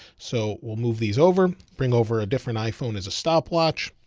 so we'll move these over, bring over a different iphone as a stopwatch,